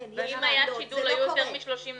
ואם היה שידול היו יותר מ-30 נשים.